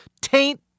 taint